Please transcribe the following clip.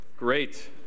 great